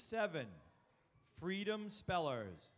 seven freedom spellers